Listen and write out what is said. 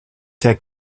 take